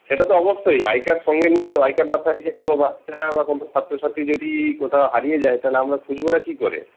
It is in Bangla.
সেটা তো অবশ্যই আই কার্ড সঙ্গে নিয়ে তো আই কার্ড না থাকলে কোনও বাচ্চা বা কোনো ছাত্রছাত্রী যদি কোথাও হারিয়ে যায় তাহলে আমরা খুঁজবটা কি করে